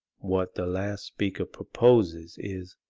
what the last speaker proposes is